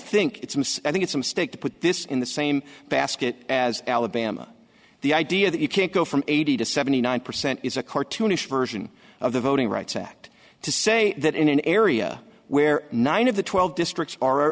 think it's i think it's a mistake to put this in the same basket as alabama the idea that you can't go from eighty to seventy nine a cent is a cartoonish version of the voting rights act to say that in an area where nine of the twelve districts are